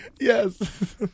Yes